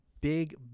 big